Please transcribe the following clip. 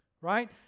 right